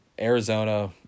Arizona